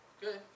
Good